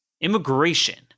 Immigration